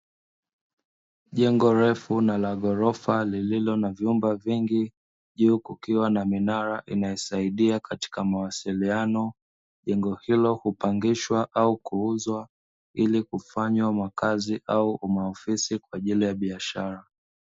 Jengo refu na la ghorofa lililo na vyumba vingi, juu kukiwa na minara inayosaidia katika mawasiliano. Jengo hilo hupangishwa au kuuzwa, ili kufanywa makazi au maofisi kwa ajili ya biashara.